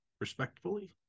respectfully